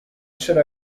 should